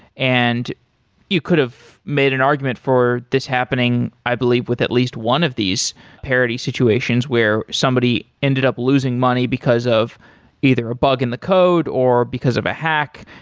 and you could've made an argument for this happening i believe with at least one of these parody situations where somebody ended up losing money because of either a bug in the code or because of a hack,